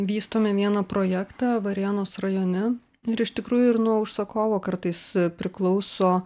vystome vieną projektą varėnos rajone ir iš tikrųjų ir nuo užsakovo kartais priklauso